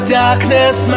darkness